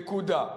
נקודה,